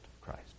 Christ